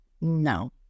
No